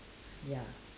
ya